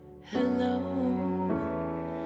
Hello